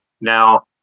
now